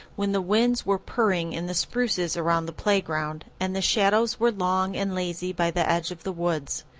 when the winds were purring in the spruces around the playground, and the shadows were long and lazy by the edge of the woods.